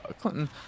Clinton